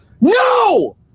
No